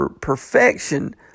perfection